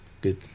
Good